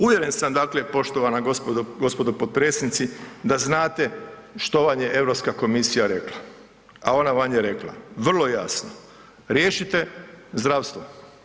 Uvjeren sam, dakle poštovana gospodo, gospodo potpredsjednici da znate što vam je Europska komisija rekla, a ona vam je rekla vrlo jasno riješite zdravstvo.